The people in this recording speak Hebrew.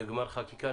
לגמר החקיקה.